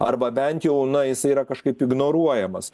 arba bent jau na jisai yra kažkaip ignoruojamas